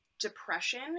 depression